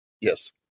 Yes